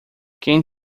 quem